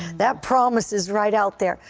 that promise is right out there.